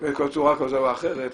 בצורה כזו או אחרת.